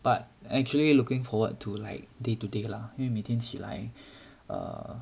but actually looking forward to like day to day lah 因为每天起来 err